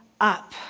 Up